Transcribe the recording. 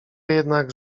jednak